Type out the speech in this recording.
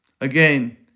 again